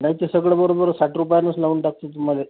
नाही ते सगळं बरोबर साठ रुपयानंच लावून टाकतो तुम्हाला